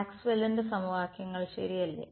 മാക്സ്വെല്ലിന്റെ സമവാക്യങ്ങൾ ശരിയല്ലേ